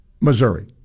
Missouri